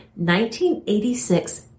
1986